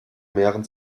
mehren